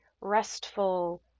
restful